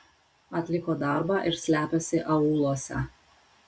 atliko darbą ir slepiasi aūluose